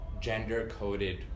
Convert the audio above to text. gender-coded